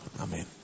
Amen